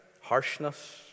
harshness